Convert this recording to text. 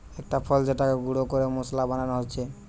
একটা ফল যেটাকে গুঁড়ো করে মশলা বানানো হচ্ছে